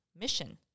mission